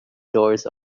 doors